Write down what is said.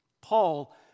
Paul